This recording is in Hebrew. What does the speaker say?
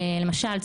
למשל,